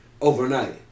overnight